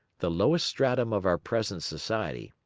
the lowest stratum of our present society,